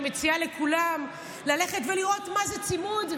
אני מציעה לכולם ללכת ולראות מה זה צימוד.